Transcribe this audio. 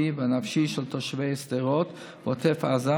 והנפשי של תושבי שדרות ועוטף עזה,